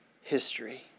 history